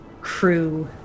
crew